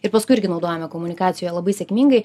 ir paskui irgi naudojame komunikacijoje labai sėkmingai